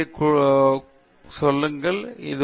எனவே இங்கே சிலவற்றை நான் முன்னிலைப்படுத்தியுள்ளேன்